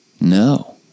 no